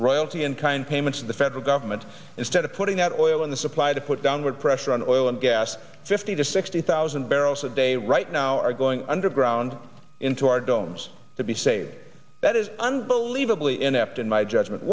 royalty and kind payments to the federal government instead of putting out or oil in the supply to put downward pressure on oil and gas fifty to sixty thousand barrels a day right now are going underground into our donors to be saide that is unbelievably inept in my judgment